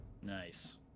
Nice